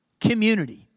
community